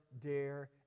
dare